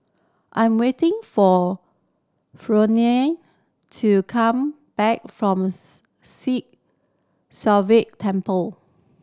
I'm waiting for Fronnie to come back from Sri Sivan Temple